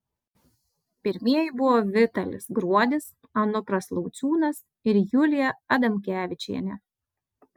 pirmieji buvo vitalis gruodis anupras lauciūnas ir julija adamkevičienė